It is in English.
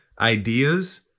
ideas